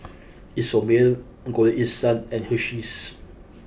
Isomil Golden East Sun and Hersheys